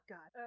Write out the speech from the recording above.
God